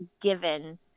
given